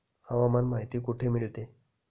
हवामान माहिती कुठे मिळते?